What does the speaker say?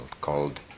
called